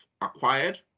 acquired